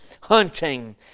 hunting